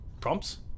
prompts